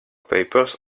papers